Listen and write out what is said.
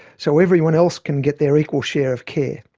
so everyone else can get their equal share of care.